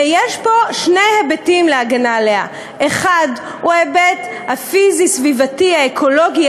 ויש פה שני היבטים להגנה עליה: האחד הוא ההיבט הפיזי-סביבתי האקולוגי,